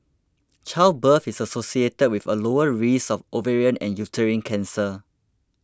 childbirth is associated with a lower risk of ovarian and uterine cancer